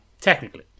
Technically